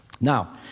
now